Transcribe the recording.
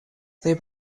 they